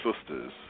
sisters